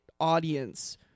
audience